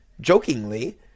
jokingly